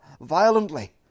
violently